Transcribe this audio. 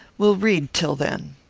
we'll read till then.